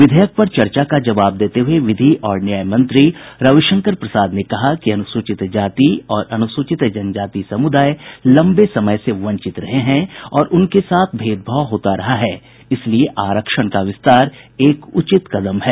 विधेयक पर चर्चा का जवाब देते हुए विधि और न्याय मंत्री रविशंकर प्रसाद ने कहा कि अनुसूचित जाति और अनुसूचित जनजाति समुदाय लंबे समय से वंचित रहे हैं और उनके साथ भेद भाव होता रहा है इसलिए आरक्षण का विस्तार एक उचित कदम है